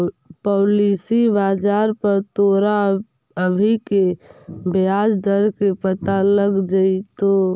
policy बाजार पर तोरा अभी के ब्याज दर के पता लग जाइतो